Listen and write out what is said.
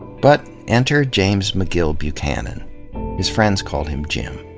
but, enter james mcgill buchanan his friends called him jim.